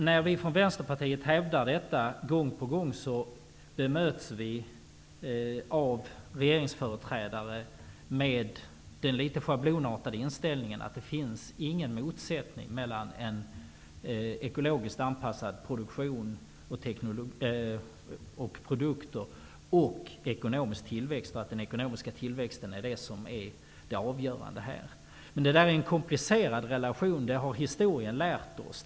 När vi från Vänsterpartiet hävdar detta bemöts vi gång på gång av regeringsföreträdare med den litet schablonartade inställningen att det inte finns någon motsättning mellan ekologiskt anpassad produktion och ekologiskt anpassade produkter och ekonomisk tillväxt. Den ekonomiska tillväxten är det avgörande. Detta är en komplicerad relation. Det har historien lärt oss.